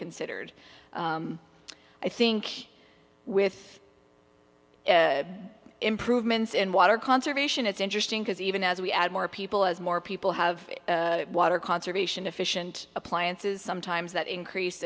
considered i think with improvements in water conservation it's interesting because even as we add more people as more people have water conservation efficient appliances sometimes that increase